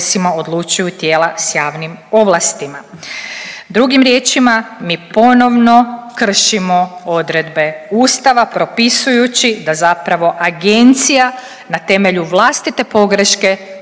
odlučuju tijela sa javnim ovlastima. Drugim riječima, mi ponovno kršimo odredbe Ustava propisujući da zapravo agencija na temelju vlastite pogreške